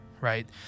right